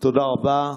תודה רבה.